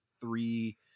three